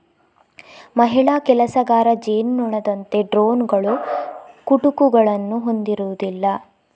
ಮಹಿಳಾ ಕೆಲಸಗಾರ ಜೇನುನೊಣದಂತೆ ಡ್ರೋನುಗಳು ಕುಟುಕುಗಳನ್ನು ಹೊಂದಿರುವುದಿಲ್ಲ